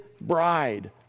bride